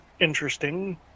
interesting